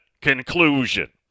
conclusion